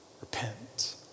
repent